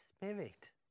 spirit